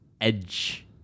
edge